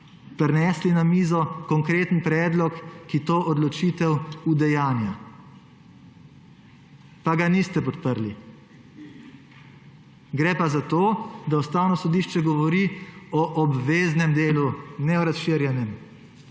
prinesli na mizo konkreten predlog, ki to odločitev udejanja, pa ga niste podprli. Gre pa za to, da Ustavno sodišče govori o obveznem delu, ne o razširjenem.